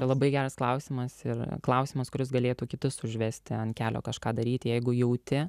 labai geras klausimas ir klausimas kuris galėtų kitus užvesti ant kelio kažką daryti jeigu jauti